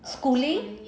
schooling